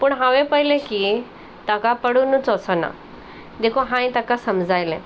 पूण हांवें पयलें की ताका पडुनूच वचो ना देकू हांयेन ताका समजायलें